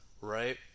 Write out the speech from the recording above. right